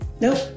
Nope